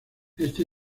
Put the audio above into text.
este